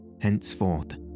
henceforth